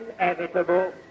inevitable